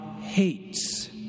hates